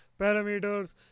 parameters